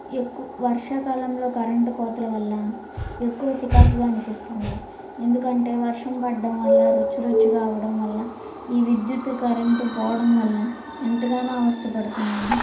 ఎక్కు వర్షాకాలంలో కరెంటు కోతల వల్ల ఎక్కువ చికాకుగా అనిపిస్తుంది ఎందుకంటే వర్షం పడ్డంవల్ల రొచ్చు రొచ్చు కావడం వల్ల ఈ విద్యుత్ కరెంట్ పోవడం వల్ల ఎంతగానో అవస్థపడుతున్నాము